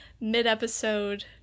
mid-episode